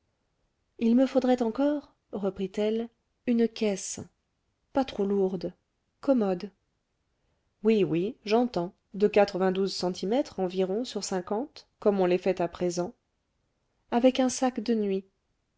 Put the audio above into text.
il me faudrait encore reprit-elle une caisse pas trop lourde commode oui oui j'entends de quatre-vingt-douze centimètres environ sur cinquante comme on les fait à présent avec un sac de nuit